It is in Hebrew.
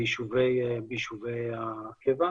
ביישובי הקבע.